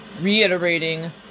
reiterating